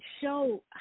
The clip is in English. show